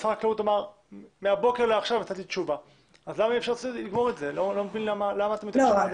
אני לא מבין למה אתם מתעכבים.